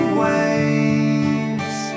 waves